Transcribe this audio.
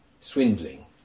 swindling